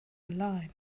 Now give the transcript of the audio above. line